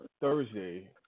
Thursday